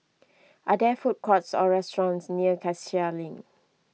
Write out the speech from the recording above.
are there food courts or restaurants near Cassia Link